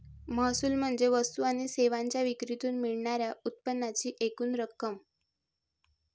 महसूल म्हणजे वस्तू आणि सेवांच्या विक्रीतून मिळणार्या उत्पन्नाची एकूण रक्कम